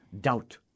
doubt